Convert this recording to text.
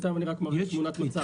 בינתיים אני רק מראה תמונת מצב.